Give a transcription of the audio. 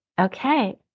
okay